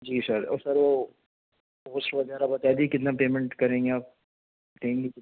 جی sir اور sir وہ cost وغیرہ بتا دیجئے کتنا پیمنٹ کریں گے آپ دیں گے